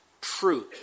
truth